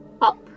up